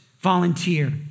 volunteer